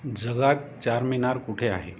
जगात चारमिनार कुठे आहे